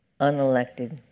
unelected